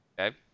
Okay